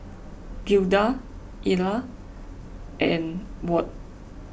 Gilda Ila and Ward